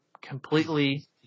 completely